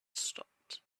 stopped